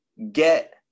get